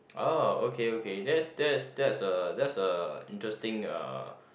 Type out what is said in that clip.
orh okay okay that's that's that's a that's a interesting uh